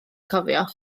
cofio